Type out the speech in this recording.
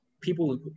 people